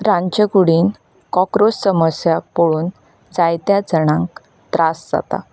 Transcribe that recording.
रांदचेकुडींत cockroach समस्या पळोवन जायत्या जाणांक त्रास जाता